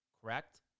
Correct